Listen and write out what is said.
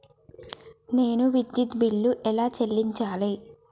నేను విద్యుత్ బిల్లు ఎలా చెల్లించాలి?